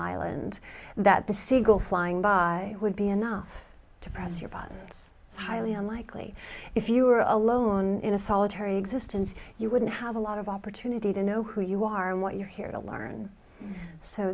island that the siegle flying by would be enough to press your body it's highly unlikely if you were alone in a solitary existence you wouldn't have a lot of opportunity to know who you are and what you're here to learn so